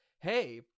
hey